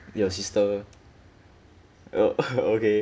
your sister oh oh okay